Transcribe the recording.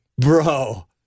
Bro